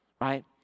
right